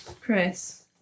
Chris